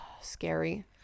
Scary